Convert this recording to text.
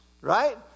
right